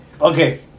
okay